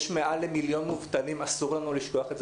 יש מעל למיליון מובטלים, אסור לשכוח את זה.